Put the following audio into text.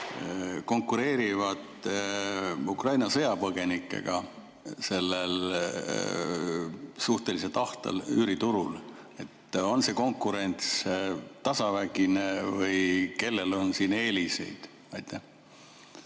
konkureerivad Ukraina sõjapõgenikega sellel suhteliselt ahtal üüriturul. On see konkurents tasavägine või kellel on siin eeliseid? Hea